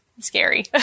scary